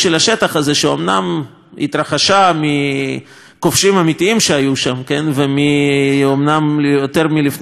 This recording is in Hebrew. שאומנם התרחש מכובשים אמיתיים שהיו שם לפני יותר מאלפיים שנה.